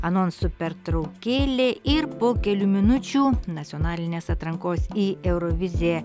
anonsų pertraukėlė ir po kelių minučių nacionalinės atrankos į euroviziją